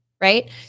right